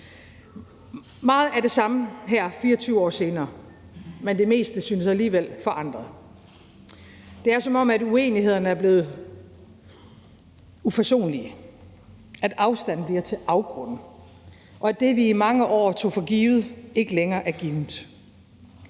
meget det samme her 24 år senere, men det meste synes alligevel forandret. Det er, som om uenighederne er blevet uforsonlige, at afstande bliver til afgrunde, og at det, vi i mange år tog for givet, ikke længere er givet.